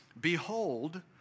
Behold